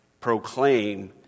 proclaim